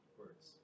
words